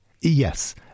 Yes